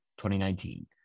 2019